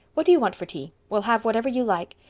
what do you want for tea? we'll have whatever you like.